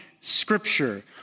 scripture